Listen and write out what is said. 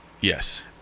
Yes